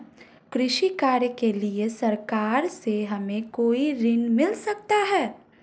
कृषि कार्य के लिए सरकार से हमें कोई ऋण मिल सकता है?